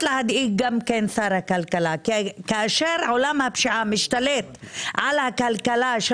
להדאיג את שר הכלכלה כי כאשר עולם הפשיעה משתלט על הכלכלה של